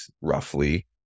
roughly